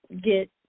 get